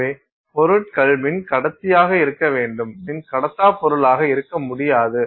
எனவே பொருட்கள் மின் கடத்தியாக இருக்க வேண்டும் மின்கடத்தா பொருள் ஆக இருக்க முடியாது